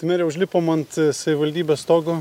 mere užlipom ant savivaldybės stogo